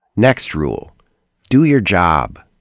next rule do your job.